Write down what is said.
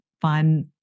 fun